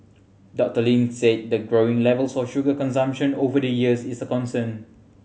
Doctor Ling said the growing level for sugar consumption over the years is a concern